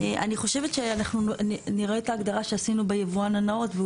אני חושבת שאנחנו נראה את ההגדרה שעשינו ביבואן הנאות.